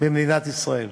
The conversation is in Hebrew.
במדינת ישראל.